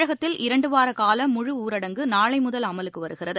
தமிழகத்தில் இரண்டு வார கால முழு ஊரடங்கு நாளை முதல் அமலுக்கு வருகிறது